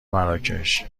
مراکش